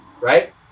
right